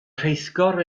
rheithgor